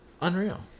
Unreal